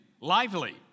lively